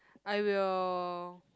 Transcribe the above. I will